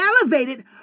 elevated